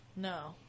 No